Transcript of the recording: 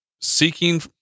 seeking